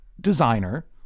designer